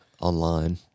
online